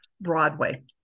Broadway